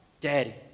Daddy